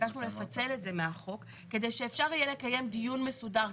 ביקשנו לפצל את זה מהחוק כדי שאפשר יהיה לקיים דיון מסודר,